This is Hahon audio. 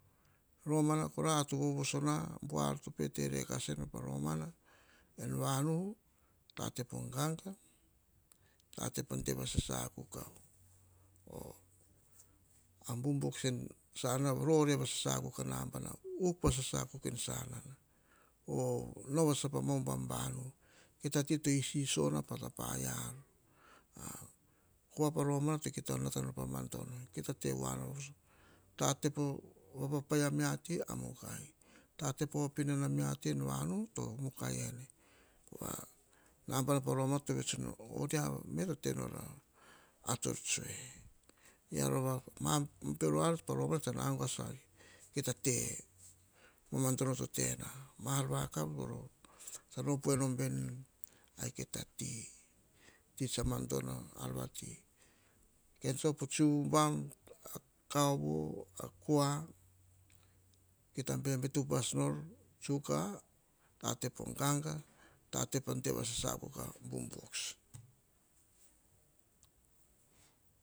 Romana kora, ar to vovoso na, buar to pe te rekara enor pa romana. En vanu, tate po gaga, tate pa de vasasa akuk a bum box en sonana, rore vasasa akuk nabana. Uk vasasa akuk en sanana. O nao vasasa po ubam vanu. Kita ti to isiso na pa paia ar. Kua pa roma, kita nata nor pa madono. Kita tevoa no pa voso tate pa, vapapai a mia ti a mukai, tate pa op inana mia ti en vanu, to mukai ene. Po va, nabana pa romana to vets nor. Oria me to tenor or tsor tsoe. Oyia rova, ma bero ar pa remana tsam aguas, kita te mamadono to tena. Ma ar vakav, tson op voai nom veni. A kita ti, ti tsa ma dono ar vati. Kean tsa op otsi ubam, kaovo, o kua, kita bebete upas nor. Tsuk kua! Tate po gagga, tate pa de vasasa akuk a boom box.